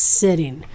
sitting